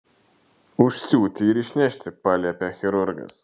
užsiūti ir išnešti paliepė chirurgas